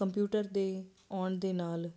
computer ਦੇ ਆਉਣ ਦੇ ਨਾਲ